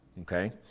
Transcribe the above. Okay